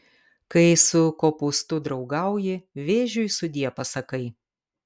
kai su kopūstu draugauji vėžiui sudie pasakai